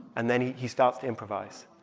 and then he he starts to improvise.